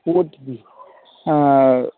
ஆ